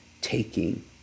taking